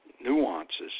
nuances